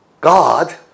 God